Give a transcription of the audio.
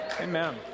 amen